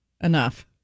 enough